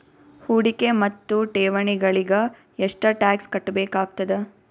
ಹೂಡಿಕೆ ಮತ್ತು ಠೇವಣಿಗಳಿಗ ಎಷ್ಟ ಟಾಕ್ಸ್ ಕಟ್ಟಬೇಕಾಗತದ?